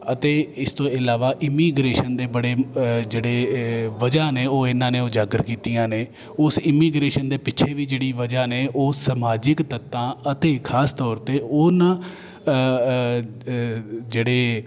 ਅਤੇ ਇਸ ਤੋਂ ਇਲਾਵਾ ਇਮੀਗ੍ਰੇਸ਼ਨ ਦੇ ਬੜੇ ਜਿਹੜੇ ਵਜ੍ਹਾ ਨੇ ਉਹ ਇਹਨਾਂ ਨੇ ਉਜਾਗਰ ਕੀਤੀਆਂ ਨੇ ਉਸ ਇਮੀਗ੍ਰੇਸ਼ਨ ਦੇ ਪਿੱਛੇ ਵੀ ਜਿਹੜੀ ਵਜ੍ਹਾ ਨੇ ਉਹ ਸਮਾਜਿਕ ਤੱਤਾਂ ਅਤੇ ਖਾਸ ਤੌਰ 'ਤੇ ਉਹਨਾਂ ਜਿਹੜੇ